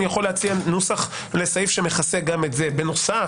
אני יכול להציע נוסח לסעיף שמכסה גם את זה בנוסף,